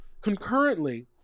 concurrently